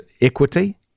equity